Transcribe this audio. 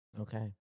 Okay